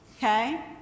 Okay